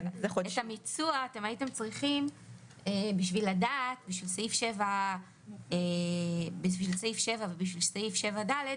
את המיצוע הייתם צריכים בשביל סעיף 7 ובשביל סעיף 7ד,